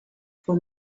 for